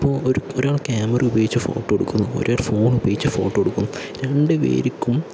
ഇപ്പോൾ ഒരു ഒരാൾ ക്യാമറ ഉപയോഗിച്ച് ഫോട്ടോ എടുക്കുന്നു ഒരാൾ ഫോണ് ഉപയോഗിച്ച് ഫോട്ടോ എടുക്കുന്നു രണ്ടു പേർക്കും